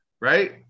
Right